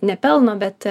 ne pelno bet